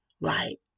right